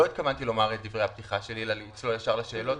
לא התכוונתי לומר את דברי הפתיחה שלי אלא לעבור ישר לשאלות,